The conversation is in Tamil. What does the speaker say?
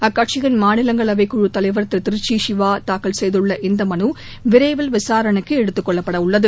அக்கட்சியின் மாநிலங்களவை குழுத் தலைவர் திரு திருச்சி சிவா தாக்கல் செய்துள்ள இந்த மனு விரைவில் விசாரணைக்கு எடுத்துக் கொள்ளப்பட உள்ளது